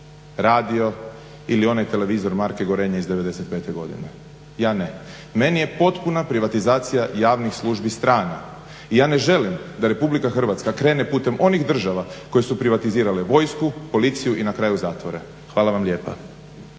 radio ili onaj televizor marke Gorenje iz 95. godine. Ja ne. Meni je potpuna privatizacija javnih službi strana i ja ne želim da Republika Hrvatska krene putem onih država koje su privatizirale vojsku, policiju i na kraju zatvore. Hvala vam lijepa.